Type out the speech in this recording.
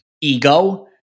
ego